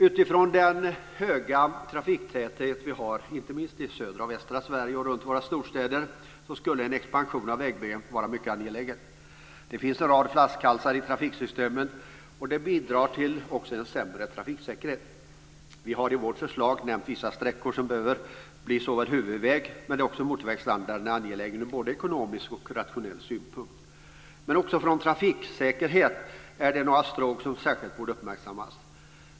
Utifrån den höga trafiktäthet som vi har, inte minst i södra och västra Sverige och runt våra storstäder, skulle en expansion av vägbyggandet vara mycket angelägen. Det finns en rad flaskhalsar i trafiksystemen och det bidrar också till en sämre trafiksäkerhet. Vi har i vårt förslag nämnt vissa sträckor som behöver bli huvudväg, men också motorvägsstandarden är angelägen ur både ekonomisk och rationell synpunkt. Även ur trafiksäkerhetssynpunkt borde några stråk uppmärksammas särskilt.